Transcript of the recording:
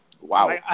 wow